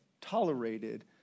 tolerated